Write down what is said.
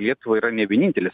lietuva yra ne vienintelis